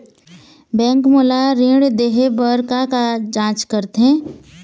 Bank मोला ऋण देहे बार का का जांच करथे?